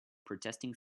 protesting